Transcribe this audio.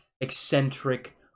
eccentric